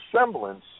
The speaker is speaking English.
semblance